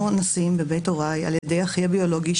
אונסים בבית הוריי על ידי אחי הביולוגי,